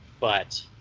but.